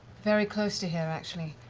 very close to here, actually.